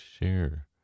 share